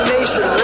Nation